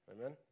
Amen